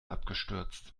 abgestürzt